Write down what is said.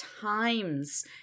times